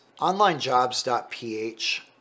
Onlinejobs.ph